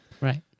Right